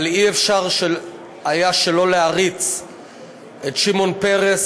אבל אי-אפשר היה שלא להעריץ את שמעון פרס,